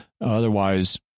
Otherwise